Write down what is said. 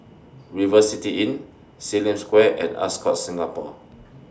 River City Inn SIM Lim Square and Ascott Singapore